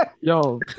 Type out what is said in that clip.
Yo